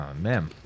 man